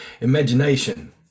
Imagination